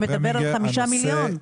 שמדבר על חמישה מיליון.